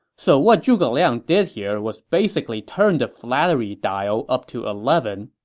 so what zhuge liang did here was basically turn the flattery dial up to eleven.